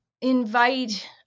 invite